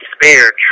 despair